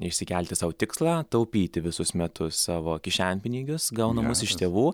išsikelti sau tikslą taupyti visus metus savo kišenpinigius gaunamus iš tėvų